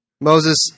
Moses